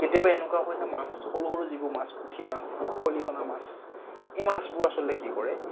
কেতিয়াবা এনেকুৱা হয় যে মাছ সৰু সৰু যিবোৰ মাছ পুঠিমাছ খলিহনামাছ এই মাছবোৰ আচলতে কি কৰে